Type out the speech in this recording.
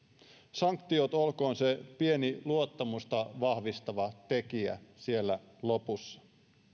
sanktiot olkoon se pieni luottamusta vahvistava tekijä siellä lopussa